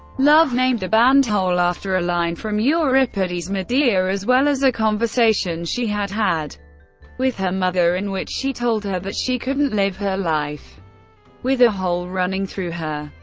love named the band hole after a line from euripides' medea as well as a conversation she had had with her mother, in which she told her that she couldn't live her life with a hole running through her.